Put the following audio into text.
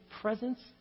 presence